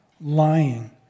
lying